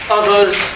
others